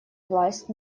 власть